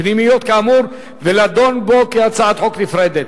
פנימיות כאמור, ולדון בו כהצעת חוק נפרדת.